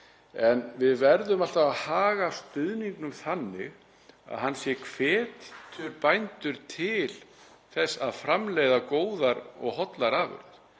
en við verðum alltaf að haga stuðningnum þannig að hann sé hvetjandi fyrir bændur til þess að framleiða góðar og hollar afurðir.